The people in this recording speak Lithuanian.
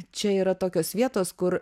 čia yra tokios vietos kur